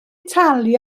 talu